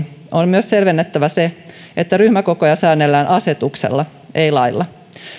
on myös selvennettävä se että ryhmäkokoja säännellään asetuksella ei lailla